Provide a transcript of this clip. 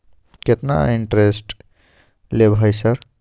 केतना इंटेरेस्ट ले भाई सर?